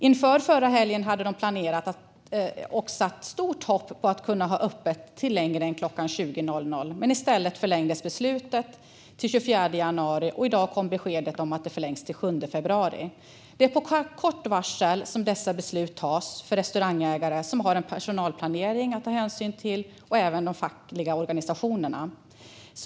Inför förra helgen hade de satt stort hopp till att kunna ha öppet längre än till klockan 20.00, men i stället förlängdes beslutet till den 24 januari, och i dag kom besked om att det förlängs till den 7 februari. Det är med kort varsel som dessa beslut tas för restaurangägare, som har en personalplanering att ta hänsyn till, och även de fackliga organisationerna.